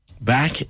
back